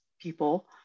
people